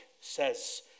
says